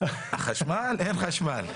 חלק מתשלומי הארנונה מיודעים לעניין הזה של ניקיון,